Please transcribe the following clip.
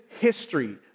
history